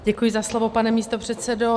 Děkuji za slovo, pane místopředsedo.